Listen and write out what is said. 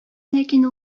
ләкин